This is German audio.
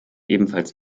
ebenfalls